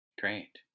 Great